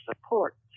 support